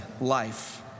life